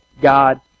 God